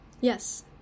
Yes